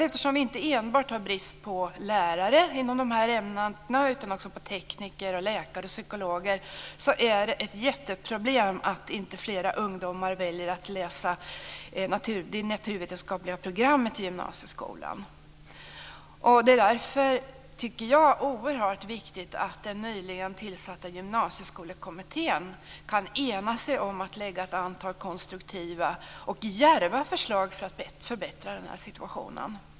Eftersom vi inte enbart har brist på lärare inom de här ämnena utan också på tekniker, läkare och psykologer är det ett jätteproblem att inte fler ungdomar väljer att läsa det naturvetenskapliga programmet i gymnasieskolan. Det är därför, tycker jag, oerhört viktigt att den nyligen tillsatta Gymnasieskolekommittén kan ena sig om att lägga fram ett antal konstruktiva, djärva förslag för att förbättra den här situationen.